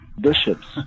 Bishops